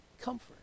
Comfort